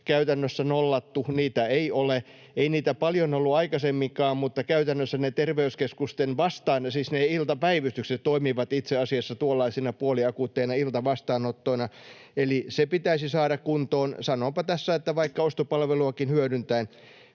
käytännössä nollattu. Niitä ei ole. Ei niitä paljon ollut aikaisemminkaan, mutta käytännössä ne terveyskeskusten iltapäivystykset toimivat itse asiassa tuollaisina puoliakuutteina iltavastaanottoina. Eli se pitäisi saada kuntoon. Sanonpa tässä, että vaikka ostopalveluakin hyödyntäen.